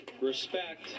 respect